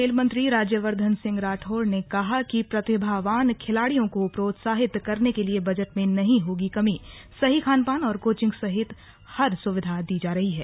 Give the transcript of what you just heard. खेल मंत्री राज्यवर्धन सिंह राठौड़ ने कहा कि प्रतिभावान खिलाड़ियों को प्रोत्साहित करने के लिए बजट में नहीं होगी कमीसही खानापान और कोचिंग समेत हर सुविधा दी जा रही है